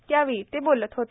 त्यावेळी ते बोलत होते